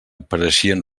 pareixien